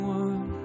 one